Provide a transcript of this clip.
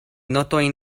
notojn